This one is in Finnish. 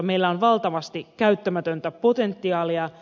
meillä on valtavasti käyttämätöntä potentiaalia